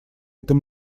этом